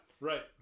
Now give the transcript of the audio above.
right